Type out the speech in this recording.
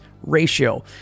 ratio